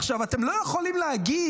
עכשיו, אתם לא יכולים להגיד,